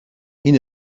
این